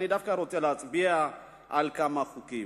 אני דווקא רוצה להצביע על כמה חוקים.